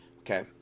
Okay